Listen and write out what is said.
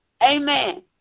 Amen